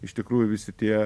iš tikrųjų visi tie